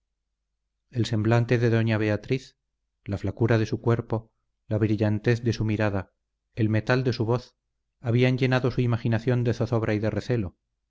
el semblante de doña beatriz la flacura de su cuerpo la brillantez de su mirada el metal de su voz habían llenado su imaginación de zozobra y de recelo